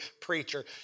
preacher